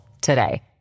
today